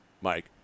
Mike